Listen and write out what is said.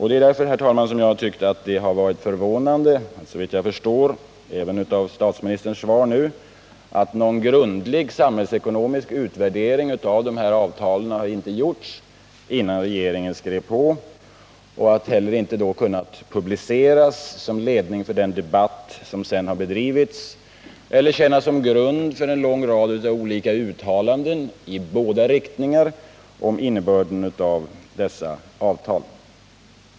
Det är därför, herr talman, som jag har tyckt att det har varit förvånande att såvitt jag har förstått — även av statsministerns svar nu — någon grundlig samhällsekonomisk utvärdering av avtalen inte har gjorts, innan regeringen skrev på. Någon samhällsekonomisk utvärdering har då inte heller kunnat publiceras, som ledning för den debatt som sedan har bedrivits eller för att tjäna som grund för en lång rad av olika uttalanden i båda riktningarna om innebörden av dessa avtal.